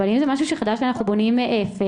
אבל אם זה משהו חדש ואנחנו בונים מאפס,